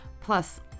Plus